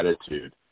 attitude